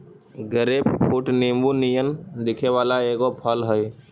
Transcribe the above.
grapefruit नींबू नियन दिखे वला एगो फल हई